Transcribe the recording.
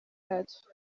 yacyo